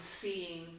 seeing